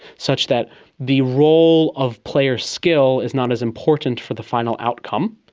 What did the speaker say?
such that the role of player skill is not as important for the final outcome,